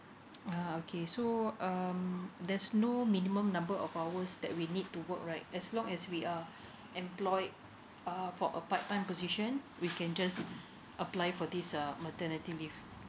ah okay so um there's no minimum number of hours that we need to work right as long as we are employed uh for a part time position we can just apply for this uh maternity leave